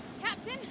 Captain